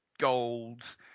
Golds